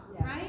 right